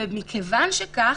ומכיוון שכך,